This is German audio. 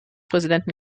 präsidenten